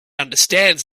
understands